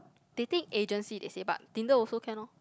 dating agency they say but Tinder also can lor